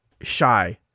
shy